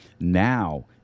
Now